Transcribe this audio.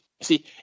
See